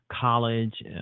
college